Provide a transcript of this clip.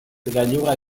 gailurra